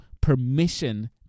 permission